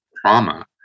trauma